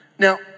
Now